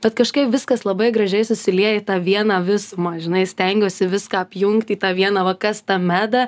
bet kažkaip viskas labai gražiai susilieja į tą vieną visumą žinai stengiuosi viską apjungt į tą vieną va kas ta meda